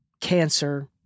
cancer